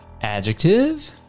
Adjective